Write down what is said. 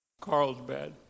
Carlsbad